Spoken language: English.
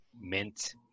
mint